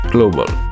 Global